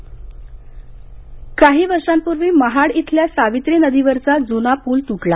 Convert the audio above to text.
नाशिक पुल काही वर्षांपूर्वी महाड इथल्या सावित्री नदीवरचा जुना पूल तुटला